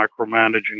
micromanaging